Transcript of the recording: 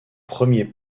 premiers